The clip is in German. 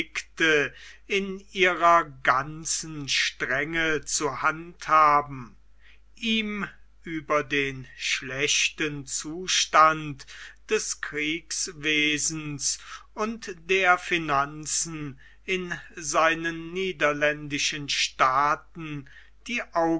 in ihrer ganzen strenge zu handhaben ihm über den schlechten zustand des kriegswesens und der finanzen in seinen niederländischen staaten die